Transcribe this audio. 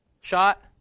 Shot